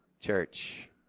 church